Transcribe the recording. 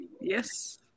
Yes